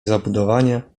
zabudowania